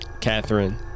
Catherine